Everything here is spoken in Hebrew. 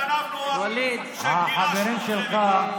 החברים שלך,